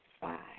five